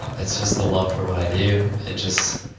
it's just the love for what i do. it just.